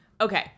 Okay